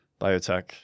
biotech